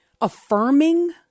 affirming